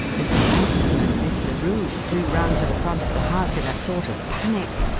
mr. lampson and miss larue flew round to the front of the house in a sort of panic,